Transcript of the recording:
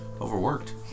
Overworked